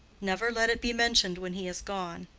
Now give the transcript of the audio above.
never let it be mentioned when he is gone.